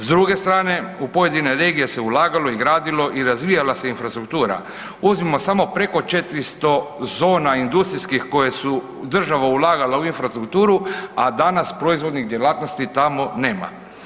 S druge strane, u pojedine regije se ulagalo i gradilo i razvijala se infrastruktura, uzmimo samo preko 400 tona industrijskih koje su država ulagala u infrastrukturu, a da nas proizvodnih djelatnosti tamo nema.